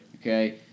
Okay